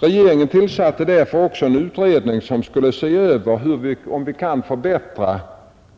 Regeringen tillsatte därför också en utredning som skulle se om vi kan förbättra